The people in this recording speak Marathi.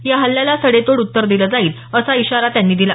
या हल्ल्याला सडेतोड उत्तर दिलं जाईल असा इशारा त्यांनी दिला